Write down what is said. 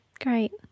Great